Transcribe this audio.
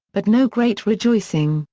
but no great rejoicing,